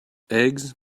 eggs